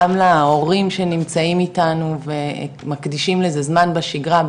גם להורים שנמצאים אתנו ומקדישים לזה זמן בשגרה,